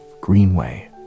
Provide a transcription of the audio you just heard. Greenway